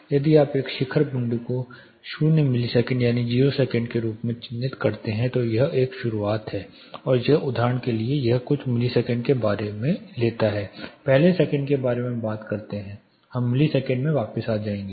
यदि आप इस शिखर बिंदु को 0 0 मिलीसेकंड यानी 0 सेकंड के रूप में चिह्नित करते हैं तो यह एक शुरुआत है और यह उदाहरण के लिए यह कुछ मिलीसेकंड के बारे में लेता है पहले सेकंड के बारे में बात करते हैं हम मिलसेकंड में वापस आ जाएंगे